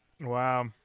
Wow